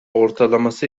ortalaması